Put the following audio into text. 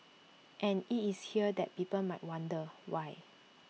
and IT is here that people might wonder why